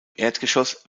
erdgeschoss